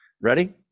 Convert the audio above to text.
Ready